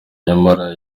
nyamara